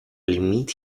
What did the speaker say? limiet